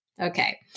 Okay